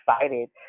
excited